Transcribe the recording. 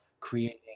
creating